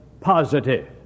positive